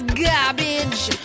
garbage